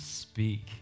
speak